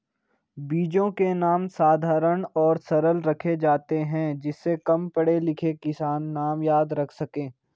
बीजों के नाम साधारण और सरल रखे जाते हैं जिससे कम पढ़े लिखे किसान नाम याद रख सके